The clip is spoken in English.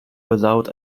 without